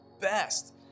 best